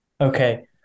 Okay